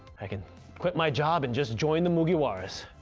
i can quit my job and just join the mugiwaras,